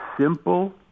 simple